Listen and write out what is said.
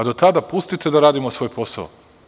Do tada, pustite da radimo svoj posao.